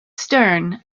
stern